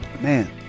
Man